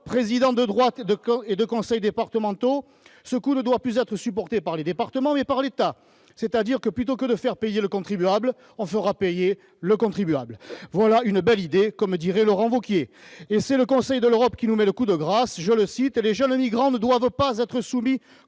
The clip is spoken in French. présidents de droite de conseil départemental, ce coût doit être supporté non plus par les départements, mais par l'État. Autrement dit, plutôt que de faire payer le contribuable, on fera payer ... le contribuable. Voilà une belle idée, comme dirait Laurent Wauquiez. Et c'est le Conseil de l'Europe qui nous met le coup de grâce, je le cite :« Les jeunes migrants ne doivent pas être soumis